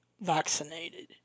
vaccinated